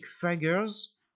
figures